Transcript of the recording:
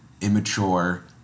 immature